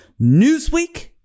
Newsweek